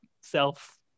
self